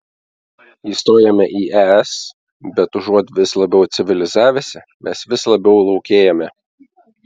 įstojome į es bet užuot vis labiau civilizavęsi mes vis labiau laukėjame